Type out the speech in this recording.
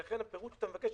ולכן הפירוט שאתה מבקש,